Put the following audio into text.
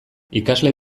ikusle